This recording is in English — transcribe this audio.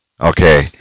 Okay